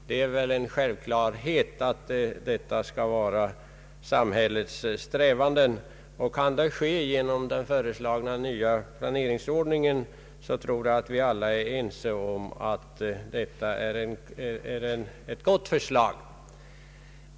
Kan denna samhällets självklara strävan uppnås genom den nya planeringsordningen, så tror jag att vi alla är ense om att detta är ett gott förslag.